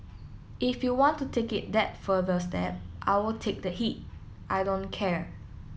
if you want to take it that further step I will take the heat I don't care